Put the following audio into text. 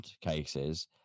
cases